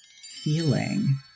feeling